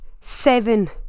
seven